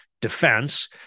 defense